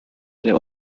der